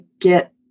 get